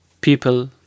People